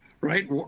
Right